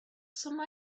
some